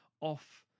off